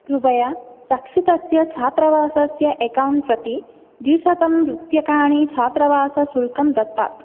कृपया रक्षितस्य छात्रावासस्य अकौण्ट् प्रति द्विशतं रूप्यकाणि छात्रावासशुल्कं दत्तात्